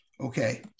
Okay